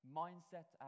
mindset